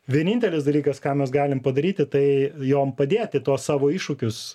vienintelis dalykas ką mes galim padaryti tai jom padėti tuos savo iššūkius